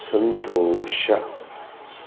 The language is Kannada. ಸಂತೋಷ